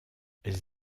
elles